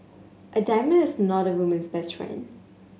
a diamond is not a woman's best friend